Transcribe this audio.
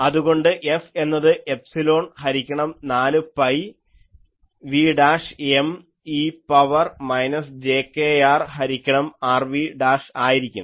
അതുകൊണ്ട് F എന്നത് epsilon ഹരിക്കണം 4 pi v M e power minus jkR ഹരിക്കണം R dv ആയിരിക്കും